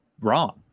Wrong